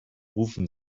rufen